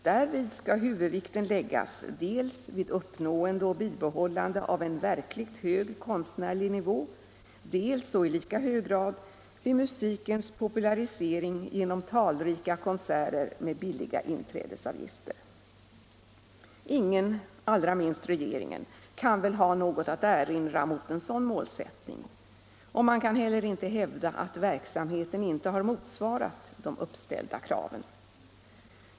Därvid skall huvudvikten läggas dels vid uppnående och bibehållande av en verkligt hög konstnärlig nivå, dels, och i lika hög grad, vid musikens popularisering genom talrika konserter med billiga inträdesavgifter.” Ingen, allra minst regeringen, kan väl ha något att erinra mot en sådan målsättning. Man kan heller inte hävda att verksamheten inte motsvarat de uppsatta kraven.